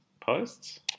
posts